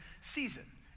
season